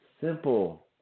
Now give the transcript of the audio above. Simple